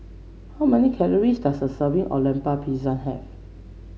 how many calories does a serving of Lemper Pisang have